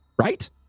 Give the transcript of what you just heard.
right